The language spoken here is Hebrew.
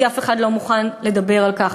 כי אף אחד לא מוכן לדבר על כך.